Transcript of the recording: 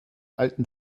alten